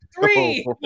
Three